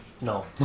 No